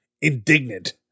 indignant